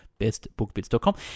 bestbookbits.com